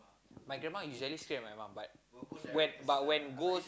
my grandma usually scream at my mum but when but when go